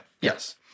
Yes